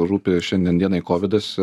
rūpi šiandien dienai kovidas